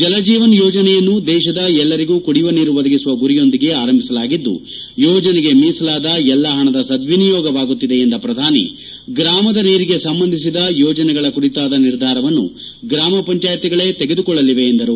ಜಲಜೀವನ್ ಯೋಜನೆಯನ್ನು ದೇಶದ ಎಲ್ಲರಿಗೂ ಕುಡಿಯುವ ನೀರು ಒದಗಿಸುವ ಗುರಿಯೊಂದಿಗೆ ಆರಂಭಿಸಲಾಗಿದ್ದು ಯೋಜನೆಗೆ ಮೀಸಲಾದ ಎಲ್ಲಾ ಹಣದ ಸದ್ದಿನಿಯೋಗವಾಗುತ್ತಿದೆ ಎಂದ ಪ್ರಧಾನಿ ಗ್ರಾಮದ ನೀರಿಗೆ ಸಂಬಂಧಿಸಿದ ಯೋಜನೆಗಳ ಕುರಿತಾದ ನಿರ್ಧಾರವನ್ನು ಗ್ರಾಮಪಂಚಾಯತಿಗಳೇ ತೆಗೆದುಕೊಳ್ಳಲಿವೆ ಎಂದರು